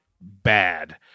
bad